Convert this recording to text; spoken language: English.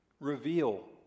Reveal